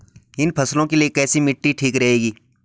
इन फसलों के लिए कैसी मिट्टी ठीक रहेगी?